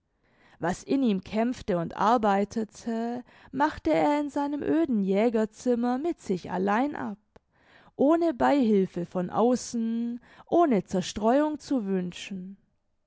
was in ihm kämpfte und arbeitete machte er in seinem öden jägerzimmer mit sich allein ab ohne beihilfe von außen ohne zerstreuung zu wünschen